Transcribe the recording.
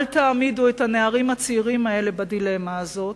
אל תעמידו את הנערים הצעירים האלה בדילמה הזאת.